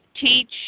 teach